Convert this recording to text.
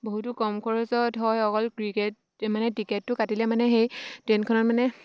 বহুতো কম খৰচত হয় অকল ক্ৰিকেট মানে টিকেটটো কাটিলে মানে সেই ট্ৰেইনখনত মানে